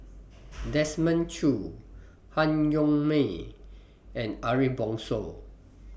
Desmond Choo Han Yong May and Ariff Bongso